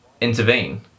intervene